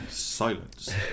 silence